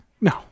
no